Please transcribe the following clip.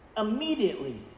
Immediately